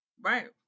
Right